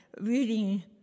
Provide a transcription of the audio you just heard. reading